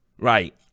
Right